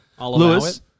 Lewis